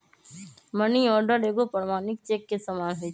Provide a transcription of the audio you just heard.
money order एगो प्रमाणिक cheque के समान होइ छै